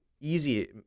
easy